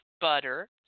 butter